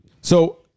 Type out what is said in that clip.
So-